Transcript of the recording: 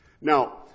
Now